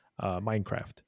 Minecraft